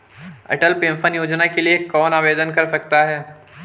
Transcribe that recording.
अटल pension Yojana के लिए कौन आवेदन कर सकता है?